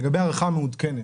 לגבי הערכה מעודכנת,